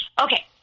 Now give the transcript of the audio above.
Okay